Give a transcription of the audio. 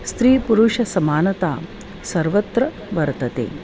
स्त्रीपुरुषसमानता सर्वत्र वर्तते